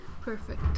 Perfect